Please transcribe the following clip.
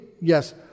Yes